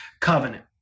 Covenant